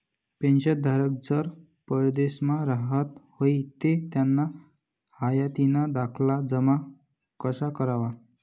पेंशनधारक जर परदेसमा राहत व्हयी ते त्याना हायातीना दाखला जमा कशा करवा?